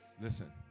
Listen